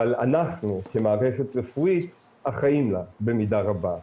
אנחנו כמערכת רפואית אחראים לה במידה רבה.